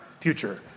future